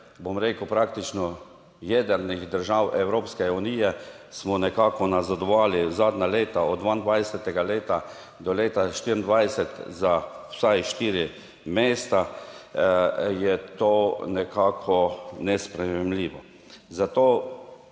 bom rekel praktično jedrnih držav Evropske unije, smo nekako nazadovali zadnja leta, od 22. leta do leta 2024 za vsaj štiri mesta, je to nekako nesprejemljivo. Zato